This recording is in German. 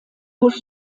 bush